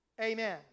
Amen